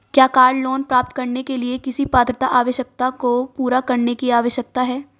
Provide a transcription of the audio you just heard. क्या car loan प्राप्त करने के लिए किसी पात्रता आवश्यकता को पूरा करने की आवश्यकता है?